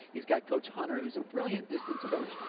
he's got coach hunter, who is a brilliant distance coach.